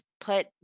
put